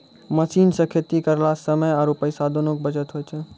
machine सॅ खेती करला स समय आरो पैसा दोनों के बचत होय छै